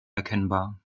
erkennbar